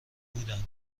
بودن